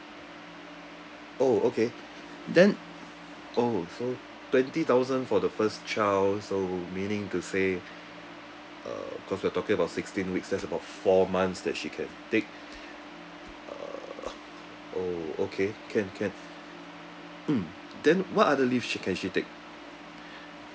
oh okay then oh so twenty thousand for the first child so meaning to say uh because you're talking about sixteen weeks that's about four months that she can take ugh oh okay can can mm then what other leave she can actually take